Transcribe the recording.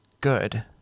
Good